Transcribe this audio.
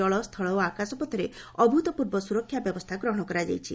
ଜଳ ସ୍ଥଳ ଓ ଆକାଶପଥରେ ଅଭୂତପୂର୍ବ ସୁରକ୍ଷା ବ୍ୟବସ୍ଥା ଗ୍ରହଣ କରାଯାଇଛି